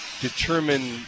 determine